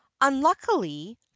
Unluckily